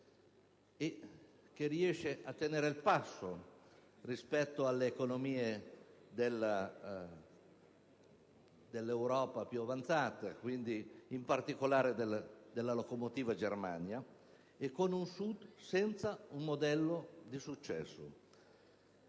che riesce a tenere il passo rispetto alle economie dell'Europa più avanzate, in particolare della locomotiva Germania, e un Sud senza un modello di successo);